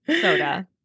soda